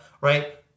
right